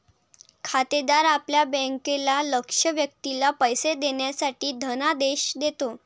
खातेदार आपल्या बँकेला लक्ष्य व्यक्तीला पैसे देण्यासाठी धनादेश देतो